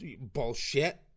Bullshit